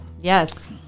Yes